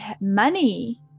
money